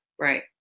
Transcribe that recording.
Right